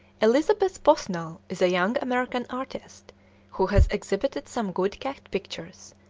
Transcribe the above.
elizabeth bonsall is a young american artist who has exhibited some good cat pictures,